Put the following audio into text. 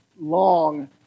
long